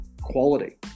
quality